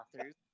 authors